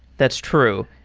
that's true,